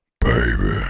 Baby